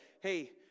hey